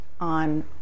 on